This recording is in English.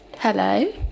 Hello